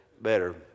better